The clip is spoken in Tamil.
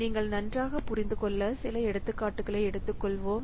நீங்கள் நன்றாக புரிந்துகொள்ள சில எடுத்துக்காட்டுகளை எடுத்துக்கொள்வோம்